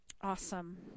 Awesome